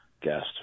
guest